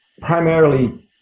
primarily